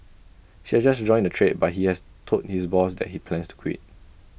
she just joined the trade but he has told his boss that he plans to quit